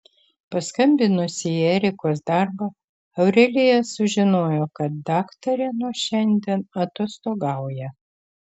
paskambinusi į erikos darbą aurelija sužinojo kad daktarė nuo šiandien atostogauja